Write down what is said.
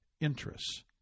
interests